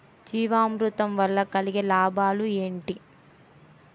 జీవామృతం వల్ల కలిగే లాభాలు ఏంటి?